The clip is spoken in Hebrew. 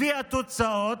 הביאה תוצאות,